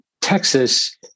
Texas